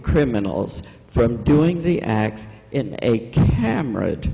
criminals from doing the x in a camera